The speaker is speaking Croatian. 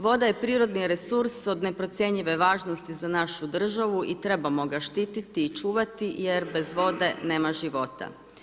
Voda je prirodni resurs od neprocjenjive važnosti za našu državu i trebamo ga štiti i čuvati, jer bez vode nema života.